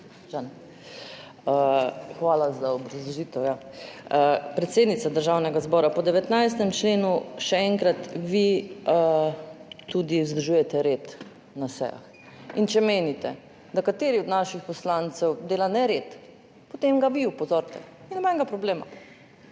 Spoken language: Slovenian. Hvala za obrazložitev. Predsednica Državnega zbora, po 19. členu, še enkrat, vi tudi vzdržujete red na sejah. Če menite, da kateri od naših poslancev dela nered, potem ga vi opozorite, ni nobenega problema.